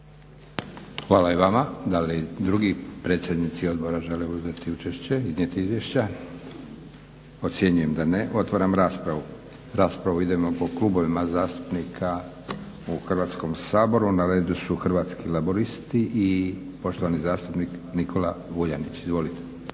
Hvala i vama. Da li drugi predsjednici odbora žele uzeti učešće, iznijeti izvješća? Ocjenjujem da ne. Otvaram raspravu. Raspravu idemo po klubovima zastupnika u Hrvatskom saboru. Na redu su Hrvatski laburisti i poštovani zastupnik Nikola Vuljanić. Izvolite.